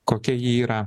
kokia ji yra